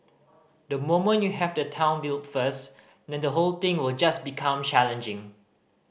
the moment you have the town built first then the whole thing will just become challenging